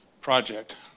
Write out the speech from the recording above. project